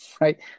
right